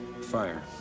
Fire